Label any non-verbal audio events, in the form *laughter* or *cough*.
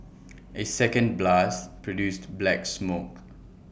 A second blast produced black smoke *noise*